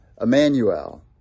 Emmanuel